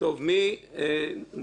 פשוט מדהים.